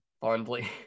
fondly